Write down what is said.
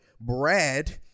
Brad